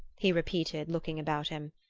he repeated, looking about him.